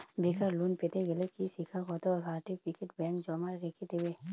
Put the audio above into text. বেকার লোন পেতে গেলে কি শিক্ষাগত সার্টিফিকেট ব্যাঙ্ক জমা রেখে দেবে?